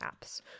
apps